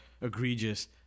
egregious